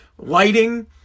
Lighting